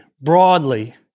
broadly